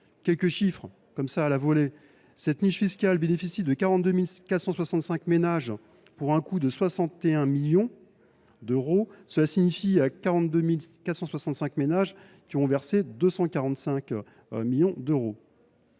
quelques chiffres à la volée : cette niche fiscale bénéficie à 42 465 ménages, pour un coût de 61 millions d’euros. Cela signifie que ces ménages ont versé 245 millions d’euros.